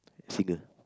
singer